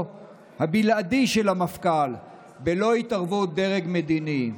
הבלעדי של המפכ"ל בלא התערבות הדרג המדיני.